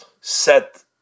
set